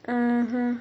(uh huh)